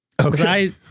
Okay